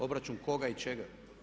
Obračun koga i čega?